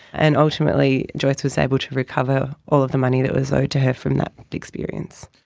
and ultimately joyce was able to recover all of the money that was owed to her from that experience.